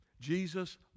Jesus